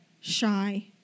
shy